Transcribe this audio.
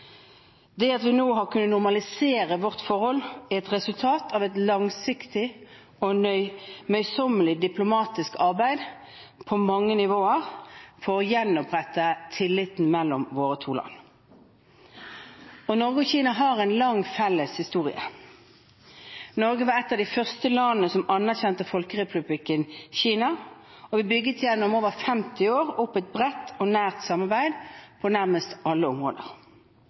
Det at vi nå har kunnet normalisere vårt forhold, er et resultat av et langsiktig og møysommelig diplomatisk arbeid på mange nivåer for å gjenopprette tilliten mellom våre to land. Norge og Kina har en lang felles historie. Norge var et av de første landene som anerkjente folkerepublikken Kina, og vi bygget gjennom over 50 år opp et bredt og nært samarbeid på nærmest alle områder.